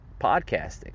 podcasting